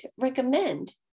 recommend